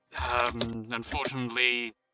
unfortunately